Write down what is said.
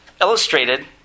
illustrated